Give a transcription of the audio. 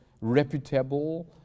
reputable